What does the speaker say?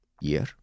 year